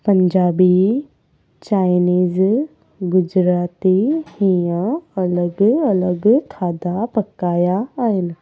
Punjabi Chinese Gujarati हीअं अलॻि अलॻि खाधा पकाया आहिनि